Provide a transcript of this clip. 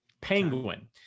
Penguin